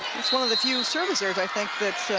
it's one of the few service errors, i think, that